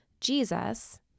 Jesus